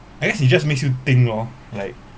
I guess it just makes you think lor like